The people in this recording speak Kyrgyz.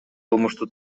кылмыштуу